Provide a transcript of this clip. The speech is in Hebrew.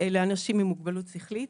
לאנשים עם מוגבלות שכלית